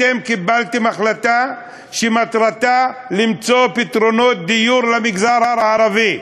אתם קיבלתם החלטה שמטרתה למצוא פתרונות דיור למגזר הערבי.